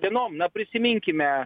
dienom na prisiminkime